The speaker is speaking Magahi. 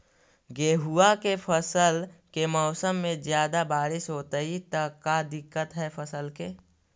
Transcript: गेहुआ के फसल के मौसम में ज्यादा बारिश होतई त का दिक्कत हैं फसल के?